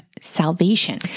salvation